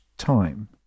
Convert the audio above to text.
time